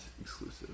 exclusive